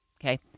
Okay